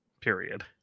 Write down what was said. period